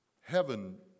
Heaven